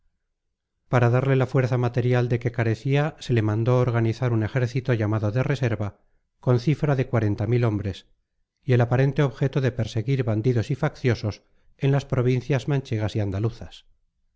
para darle la fuerza material de que carecía se le mandó organizar un ejército llamado de reserva con cifra de cuarenta mil hombres y el aparente objeto de perseguir bandidos y facciosos en las provincias manchegas y andaluzas